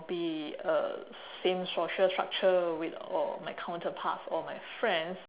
be uh same social structure with or my counterparts or my friends